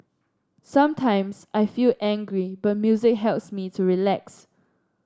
sometimes I feel angry but music helps me to relax